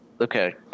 Okay